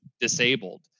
disabled